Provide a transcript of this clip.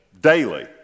Daily